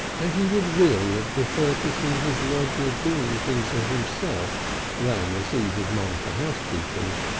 and he would really have preferred to see his lodger doing things for himself than receive his money for housekeeping.